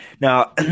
Now